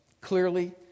Clearly